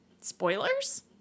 spoilers